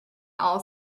all